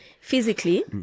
physically